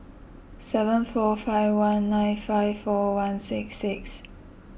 seven four five one nine five four one six six